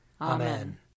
Amen